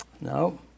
No